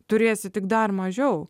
turėsi tik dar mažiau